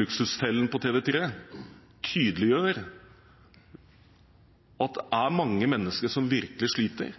Luksusfellen på TV3 tydeliggjør at det er mange mennesker som virkelig sliter,